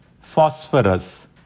phosphorus